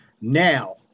Now